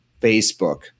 Facebook